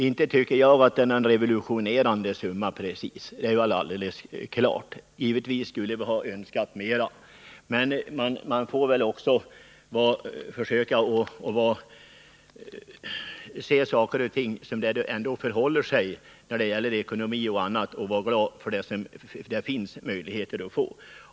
Inte tycker jag att det är någon revolutionerande summa precis — det är alldeles klart. Givetvis hade vi önskat att få mera. Men när det gäller ekonomi får man ju också försöka se saker och ting som de verkligen är och vara glad för vad som är möjligt att få.